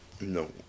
No